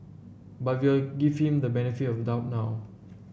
but we'll give him the benefit of the doubt now